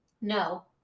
No